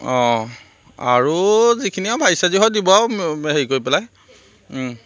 অঁ আৰু যিখিনি আৰু ভাজি চাজি হয় দিব আৰু হেৰি কৰি পেলাই